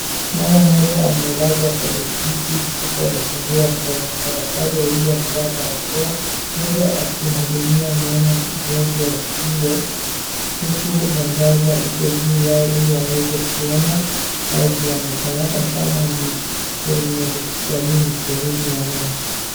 Mama mmoja amelazwa kwenye kiti huku amefungua mdomo. Madaktari wawili barakoa mmoj akimhudumia meno mgonjwa huyo huku mwangaza iko juu yao iliwaweze kuona kazi wanaofanya. Hapa ni kama ni kwenye hospitilini sehemu ya meno.